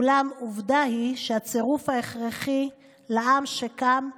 אולם עובדה היא שהצירוף הכרחי לעם שקם ויהי".